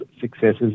successes